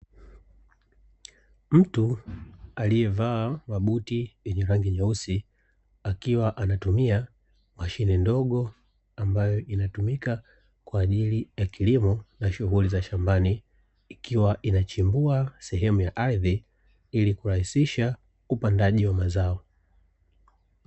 Mtu aliyevaa mabuti ya rangi nyeusi, akiwa anatumia mashine ndogo, ambayo inatumika kwa ajili ya kilimo na shughuli za shambani, ikiwa inachimbua sehemu ya ardhi ili kurahisisha upandaji wa mazao.